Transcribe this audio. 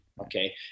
okay